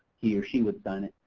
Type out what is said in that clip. he or she would sign it,